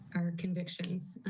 our convictions.